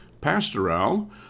Pastoral